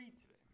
today